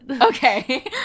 Okay